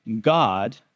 God